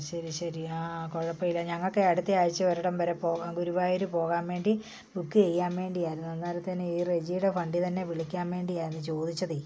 ശരി ശരി ആ കുഴപ്പമില്ല ഞങ്ങൾക്ക് അടുത്തയാഴ്ച്ച ഒരിടം വരെ പോ ഗുരുവായൂർ പോകാൻ വേണ്ടി ബുക്ക് ചെയ്യാൻ വേണ്ടിയായിരുന്നു അന്നേരത്തേന് ഈ റെജിയുടെ വണ്ടി തന്നെ വിളിക്കാൻ വേണ്ടിയായിരുന്നു ചോദിച്ചതേ